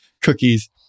cookies